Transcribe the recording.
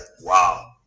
wow